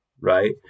Right